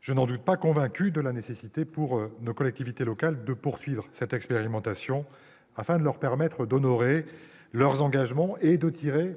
je n'en doute pas, de la nécessité de permettre à nos collectivités locales de poursuivre cette expérimentation pour honorer leurs engagements et tirer